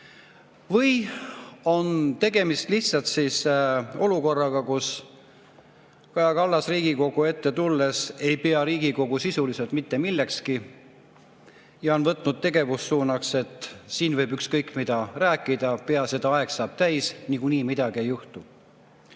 Või on tegemist lihtsalt olukorraga, kus Kaja Kallas Riigikogu ette tulles ei pea Riigikogu sisuliselt mitte millekski, ja on võtnud tegevussuunaks, et siin võib ükskõik mida rääkida, peaasi, et aeg saab täis, niikuinii midagi ei